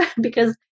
because-